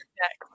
next